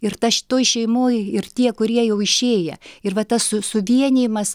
ir ta šitoj šeimoj ir tie kurie jau išėję ir va tas su suvienijimas